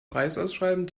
preisausschreiben